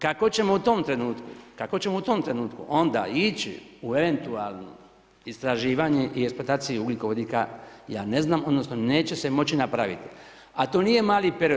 Kako ćemo u tom trenutku, kako ćemo u tom trenutku onda ići u eventualno istraživanje i eksploataciju ugljikovodika ja ne znam odnosno neće se moći napraviti, a to nije mali period.